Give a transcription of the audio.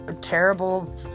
terrible